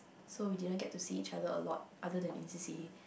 so we didn't get to see each other a lot other than in c_c_a